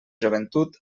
joventut